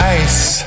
ice